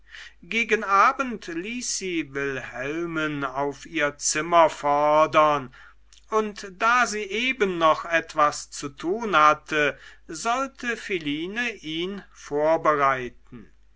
gegen abend ließ sie wilhelmen auf ihr zimmer fordern und da sie eben noch etwas zu tun hatte sollte philine ihn vorbereiten